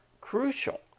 crucial